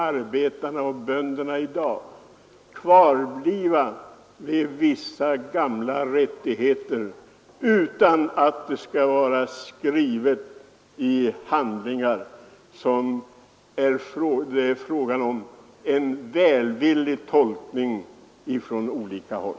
Arbetarna och bönderna borde i dag få kvarbliva vid vissa gamla rättigheter utan att det skall behöva stå skrivet i handlingar som det sedan är frågan om att välvilligt tolka från olika håll.